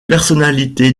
personnalité